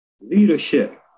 leadership